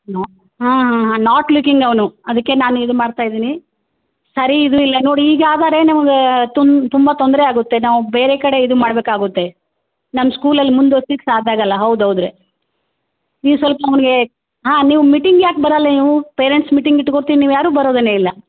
no ಹಾಂ ಹಾಂ ಹಾಂ ನಾಟ್ ಲುಕಿಂಗ್ ಅವನು ಅದಕ್ಕೆ ನಾನು ಇದು ಮಾಡ್ತಾ ಇದ್ದೀನಿ ಸರಿ ಇದು ಇಲ್ಲ ನೋಡಿ ಹೀಗೆ ಆದರೆ ನಿಮಗೆ ತುಂಬಾ ತೊಂದರೆ ಆಗುತ್ತೆ ನಾವು ಬೇರೆ ಕಡೆ ಇದು ಮಾಡಬೇಕಾಗುತ್ತೆ ನಮ್ಮ ಸ್ಕೂಲಲ್ಲಿ ಮುಂದೆ ಓದ್ಸಿಕೆ ಸಾಧ್ಯ ಆಗಲ್ಲ ಹೌದು ಹೌದು ನೀವು ಸ್ವಲ್ಪ ಅವ್ನಿಗೆ ಹಾಂ ನೀವು ಮೀಟಿಂಗ್ ಯಾಕೆ ಬರೋಲ್ಲ ನೀವು ಪೇರೆಂಟ್ಸ್ ಮೀಟಿಂಗ್ ಇಟ್ಕೋತಿವಿ ನೀವ್ಯಾರು ಬರೋದೇನೆ ಇಲ್ಲ